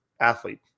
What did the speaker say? athlete